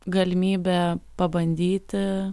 galimybę pabandyti